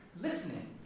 listening